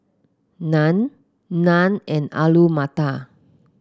Naan Naan and Alu Matar